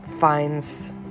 finds